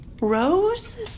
Rose